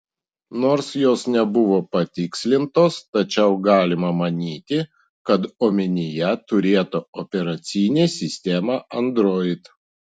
nors jos nebuvo patikslintos tačiau galima manyti kad omenyje turėta operacinė sistema android